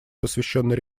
посвященной